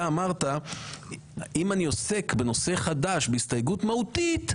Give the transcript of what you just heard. אתה אמרת שאם אני עוסק בנושא חדש בהסתייגות מהותית,